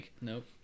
Nope